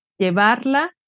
Llevarla